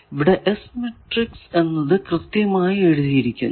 ഇവിടെ S matrix എന്നത് കൃത്യമായി എഴുതിയിരിക്കുന്നു